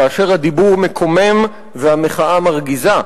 כאשר הדיבור מקומם והמחאה מרגיזה,